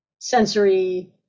sensory